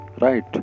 right